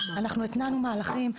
אנחנו התנענו מהלכים,